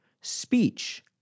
speech